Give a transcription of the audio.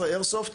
עם M16 איירסופט,